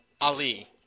Ali